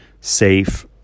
safe